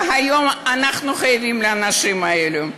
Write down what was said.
והיום אנחנו חייבים לאנשים האלו.